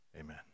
amen